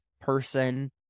person